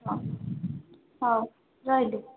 ହଁ ହଉ ରହିଲି